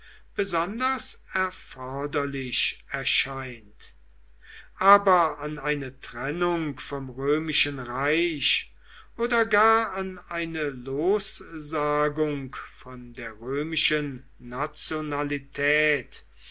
besonders erforderlich erscheint aber an eine trennung vom römischen reich oder gar an eine lossagung von der römischen nationalität